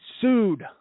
sued